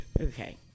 Okay